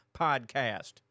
podcast